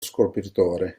scopritore